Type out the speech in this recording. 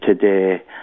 today